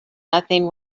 nothing